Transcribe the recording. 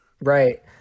right